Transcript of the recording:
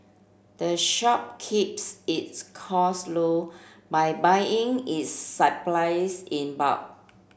the shop keeps its cost low by buying its supplies in bulk